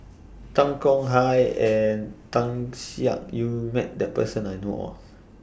Tan Tong Hye and Tan Siak Kew has Met This Person that I know of